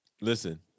listen